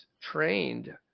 trained